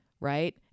right